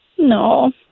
No